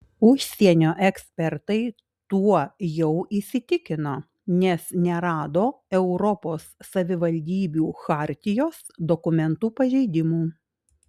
užsienio ekspertai tuo jau įsitikino nes nerado europos savivaldybių chartijos dokumentų pažeidimų